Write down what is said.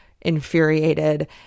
infuriated